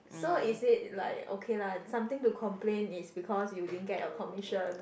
so is it like okay lah something to complain is because you didn't get your commission